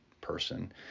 person